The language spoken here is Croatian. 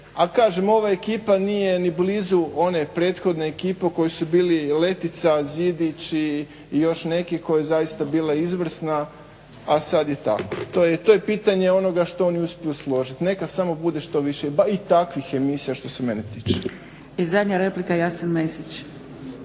a kažem ova ekipa nije ni blizu one prehodne ekipe u kojoj su bili Letica, Zidić i još neki koji je zaista bila izvrsna a sad je tako. To je pitanje onoga što oni uspiju složit. Neka samo bude i takvih emisija što se mene tiče. **Zgrebec,